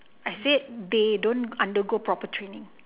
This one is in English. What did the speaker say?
I said they don't undergo proper training